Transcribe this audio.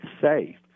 safe